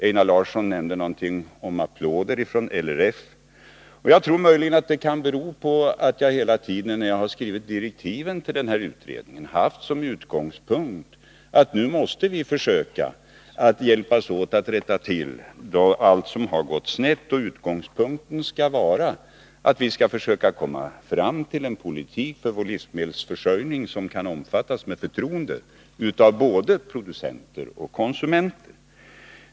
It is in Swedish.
Einar Larsson nämnde något om applåder från LRF. Det kan möjligen bero på att jag hela tiden när jag skrivit direktiven till utredningen som utgångspunkt haft att vi nu måste försöka att hjälpas åt att rätta till allt som har gått snett och att komma fram till en politik för vår livsmedelsförsörjning som kan omfattas med förtroende av både producenter och konsumenter.